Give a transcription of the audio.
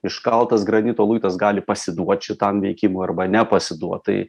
iškaltas granito luitas gali pasiduot šitam veikimu arba nepasiduot tai